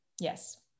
Yes